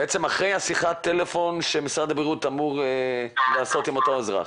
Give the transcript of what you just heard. בעצם אחרי שיחת הטלפון שמשרד הבריאות אמור לעשות עם אותו אזרח.